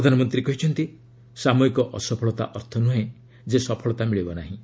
ପ୍ରଧାନମନ୍ତ୍ରୀ କହିଛନ୍ତି ସାମୟିକ ଅସଫଳତା ଅର୍ଥ ନୁହେଁ ଯେ ସଫଳତା ମିଳିବ ନାହିଁ